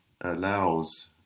allows